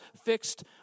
fixed